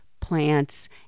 plants